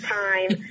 time